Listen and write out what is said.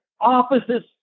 offices